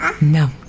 No